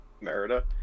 Merida